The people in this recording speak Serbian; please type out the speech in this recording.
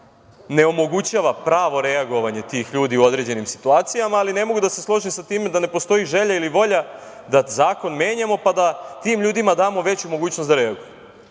ne omogućava pravo reagovanje tih ljudi u određenim situacijama, ali ne mogu da se složim sa time da ne postoji želja ili volja da zakon menjamo, pa da tim ljudima damo veću mogućnost da reaguju.Zašto